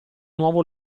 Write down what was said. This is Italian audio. nuovo